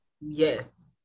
Yes